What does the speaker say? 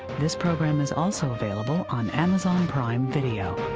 this program is also available on amazon prime video.